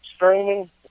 Streaming